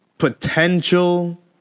potential